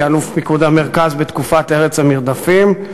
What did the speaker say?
כאלוף פיקוד המרכז בתקופת "ארץ המרדפים".